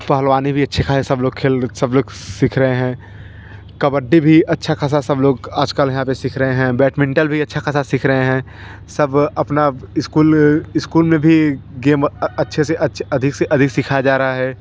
पहलवानी भी अच्छा ख़ासा सब लोग खेल सब लोग सीख रहे हैं कबड्डी भी अच्छा ख़ासा सब लोग आज कल यहाँ पर सीख रहे हैं बैटमिन्टल भी अच्छा ख़ासा सीख रहे हैं सब अपने इस्कूल इस्कूल में भी गेम अच्छे से अच्छे अधिक से अधिक सिखाया जा रहा है